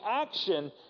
action